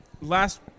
last